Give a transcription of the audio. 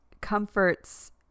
comforts